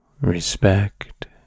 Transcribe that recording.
respect